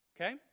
Okay